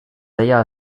deia